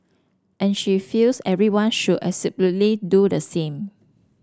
and she feels everyone should do the same